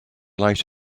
light